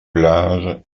plage